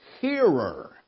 hearer